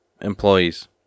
employees